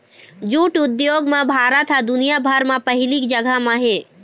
jute उद्योग म भारत ह दुनिया भर म पहिली जघा म हे